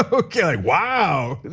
ah okay, wow,